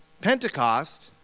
Pentecost